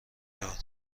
دار